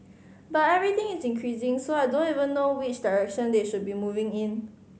but everything is increasing so I don't even know which direction they should be moving in